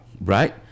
right